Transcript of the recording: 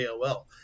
aol